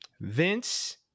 Vince